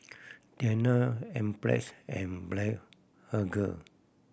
Tena Enzyplex and Blephagel